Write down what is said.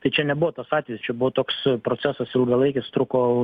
tai čia nebuvo tas atvejis čia buvo toks procesas ilgalaikis truko